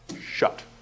shut